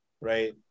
right